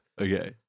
Okay